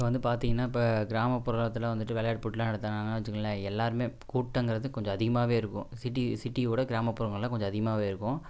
இப்போ வந்து பார்த்தீங்கனா இப்போ கிராமப்புறத்தில் வந்துட்டு விளையாட்டு போட்டியெலாம் நடத்துகிறாங்கனா வச்சுங்களேன் எல்லோருமே கூட்டங்கிறது கொஞ்சம் அதிகமாகாவே இருக்கும் சிட்டி சிட்டியோடய கிராமப்புறங்களில் கொஞ்சம் அதிகமாகவே இருக்கும்